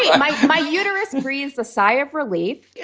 yeah my my uterus and breathed a sigh of relief,